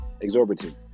exorbitant